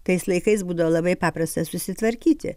tais laikais būdavo labai paprasta susitvarkyti